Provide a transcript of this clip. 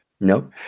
No